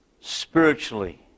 spiritually